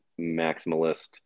maximalist